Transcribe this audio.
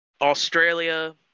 australia